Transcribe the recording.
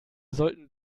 sollten